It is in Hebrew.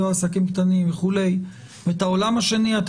סיוע לעסקים קטנים ואת העולם השני אתה